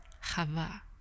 hava